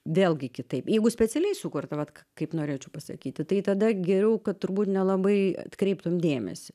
vėlgi kitaip jeigu specialiai sukurta vat kaip norėčiau pasakyti tai tada geriau kad turbūt nelabai atkreiptum dėmesį